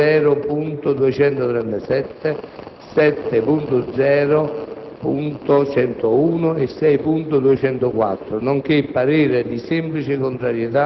8.100, 6.235, 6.236, 6.0.237,